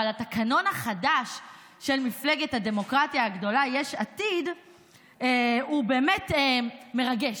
אבל התקנון החדש של מפלגת הדמוקרטיה הגדולה יש עתיד הוא באמת מרגש.